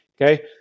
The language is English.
Okay